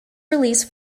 release